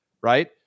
Right